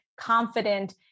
confident